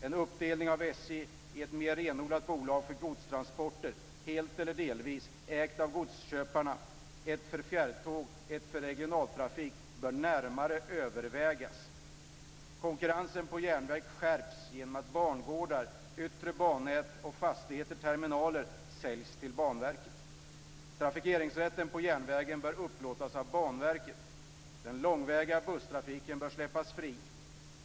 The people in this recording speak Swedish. En uppdelning av SJ i ett mera renodlat bolag för godstransporter helt eller delvis ägt av godsköparna, ett för fjärrtågen och ett för den regionaltrafiken, bör närmare övervägas. Banverket. Trafikeringsrätten på järnvägen bör upplåtas av Banverket. Den långväga busstrafiken bör släppas fri.